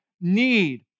need